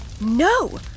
No